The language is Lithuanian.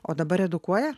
o dabar edukuoja